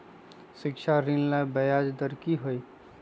शिक्षा ऋण ला ब्याज दर कि हई?